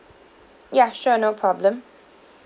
ya sure no problem